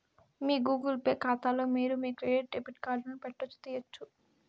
మీ Google Pay కాతాలో మీరు మీ క్రెడిట్ డెబిట్ కార్డులను పెట్టొచ్చు, తీయొచ్చు